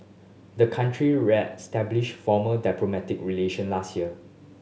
the country reestablished formal diplomatic relation last year